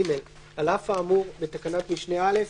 (ג)על אף האמור בתקנת משנה (א),